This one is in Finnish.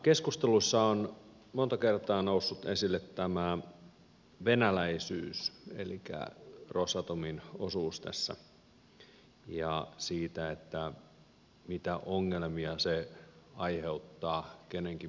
keskustelussa on monta kertaa noussut esille tämä venäläisyys elikkä rosatomin osuus tässä ja se mitä ongelmia se aiheuttaa kenenkin mielikuvissa